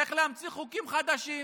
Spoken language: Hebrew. צריך להמציא חוקים חדשים.